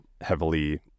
heavily